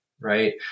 Right